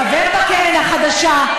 חבר בקרן החדשה,